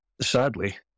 Sadly